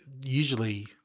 Usually –